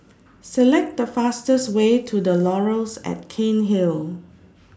Select The fastest Way to The Laurels At Cairnhill